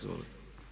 Izvolite.